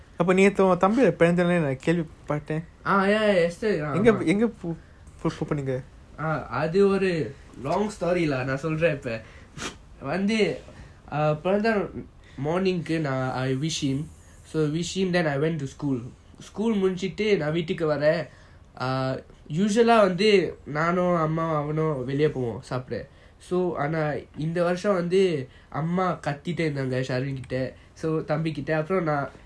ah ya ஆமா அது ஒரு:ama athu oru long story lah நான் சொல்றன் இப்போ வந்து:naan solran ipo vanthu morning நான்:naan I wish him so wish him and then I went to school school முடிஜிட்டு நான் வீட்டுக்கு வரன்:mudijitu naan veetuku varan usual eh வந்து நானும் அம்மா அவனும் வெளிய போவோம் சப்புடா:vanthu naanum amma avanum veliya povom sapuda so ஆனா இந்த வருஷம் காத்திக்கிட்டேய் இருந்தாங்க சரண் கிட்ட தம்பி கிட்ட அப்புறம் நான்:aana intha varusam kathikitey irunthanga sharan kita thambi kita apram naan